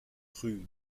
rue